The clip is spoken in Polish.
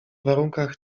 warunkach